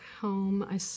home